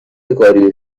کاری